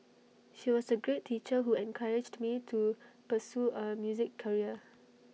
she was A great teacher who encouraged me to pursue A music career